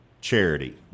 charity